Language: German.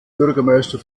bürgermeister